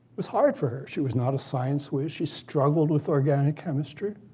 was hard for her. she was not a science wiz. she struggled with organic chemistry.